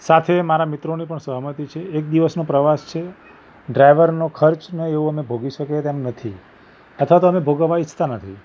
સાથે મારા મિત્રોની પણ સહમતી છે એક દિવસનો પ્રવાસ છે ડ્રાઈવરનો ખર્ચ અને એવું અમે ભોગવી શકીએ તેમ નથી અથવા તો અમે ભોગવવા ઇચ્છતા નથી